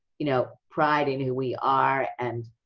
you know, pride in who we are. and